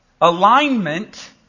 alignment